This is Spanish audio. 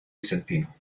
bizantino